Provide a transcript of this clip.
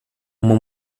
uma